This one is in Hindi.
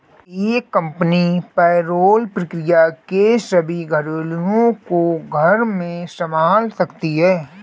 एक कंपनी पेरोल प्रक्रिया के सभी पहलुओं को घर में संभाल सकती है